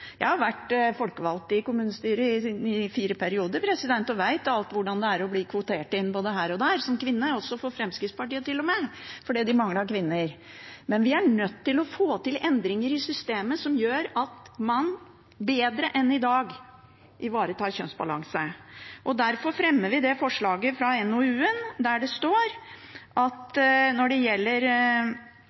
Jeg har vært folkevalgt til kommunestyret i fire perioder og vet alt om hvordan det er som kvinne å bli kvotert inn både her og der – også i Fremskrittspartiet, til og med, fordi de manglet kvinner. Vi er nødt til å få til endringer i systemet, slik at man bedre enn i dag ivaretar kjønnsbalanse. Derfor fremmer vi forslaget fra NOU-en, der det står at når det gjelder